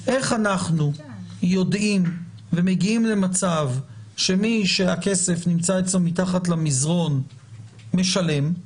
איך אנחנו יודעים ומגיעים למצב שמי שהכסף נמצא אצלו מתחת למזרון משלם,